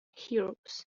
heroes